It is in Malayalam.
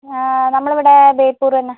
നമ്മൾ ഇവിടെ ബേപ്പൂര് തന്നെ